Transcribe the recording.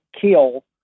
kill